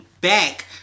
back